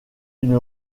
une